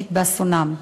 ובין-לאומית באסונם.